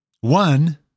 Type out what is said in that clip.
One